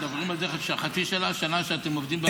מדברים על זה שחצי שנה-שנה אתם עובדים בוועדה.